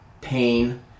pain